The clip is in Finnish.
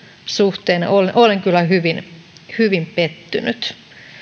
suhteen olen kyllä hyvin hyvin pettynyt